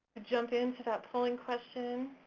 jump into that polling question.